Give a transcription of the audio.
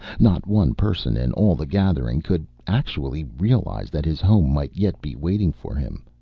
not one person in all the gathering could actually realize that his home might yet be waiting for him,